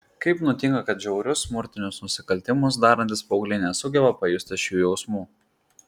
kaip nutinka kad žiaurius smurtinius nusikaltimus darantys paaugliai nesugeba pajusti šių jausmų